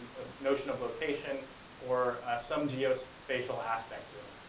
a notion of location or some geospatial aspect to them.